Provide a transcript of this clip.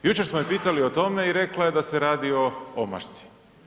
Jučer smo je pitali o tome i rekla je da se radi o omašci.